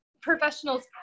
professionals